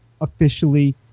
officially